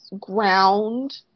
ground